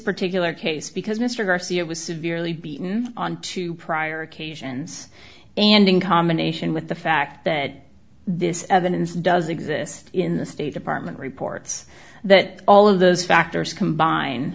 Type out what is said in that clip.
particular case because mr garcia was severely beaten on two prior occasions and in combination with the fact that this evidence does exist in the state department reports that all of those factors combine